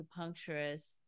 acupuncturist